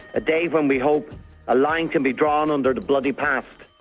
a day when we hope a line can be drawn under the bloody past.